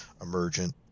emergent